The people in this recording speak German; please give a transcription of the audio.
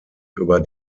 über